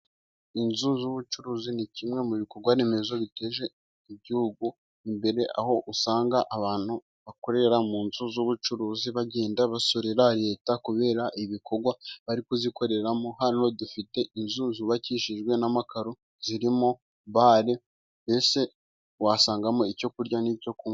Inzu z'ubucuruzi ni kimwe mu bikorwa remezo biteje igihugu imbere，aho usanga abantu bakorera mu nzu z'ubucuruzi， bagenda basorera Leta， kubera ibikorwa bari kuzikoreramo， hano dufite inzu zubakishijwe n'amakaro， zirimo bare，mbese wasangamo icyo kurya n'icyo kunywa.